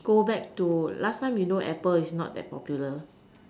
go back to last time you know apple is not that popular